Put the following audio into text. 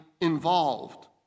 involved